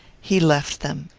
he left them.